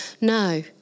No